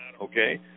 Okay